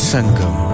Sangam